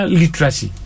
literacy